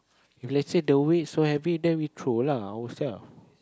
if let say the weight so heavy then we throw lah own self